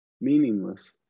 meaningless